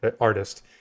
artist